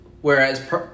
whereas